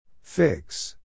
fix